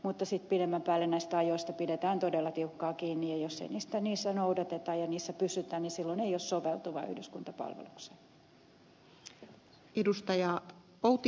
mutta sitten pidemmän päälle näistä ajoista pidetään todella tiukkaan kiinni ja jos ei niitä noudateta ja niissä pysytä niin silloin ei ole soveltuva yhdyskuntapalvelukseen